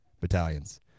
battalions